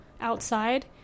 outside